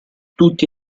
tutti